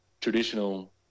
traditional